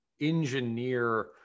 engineer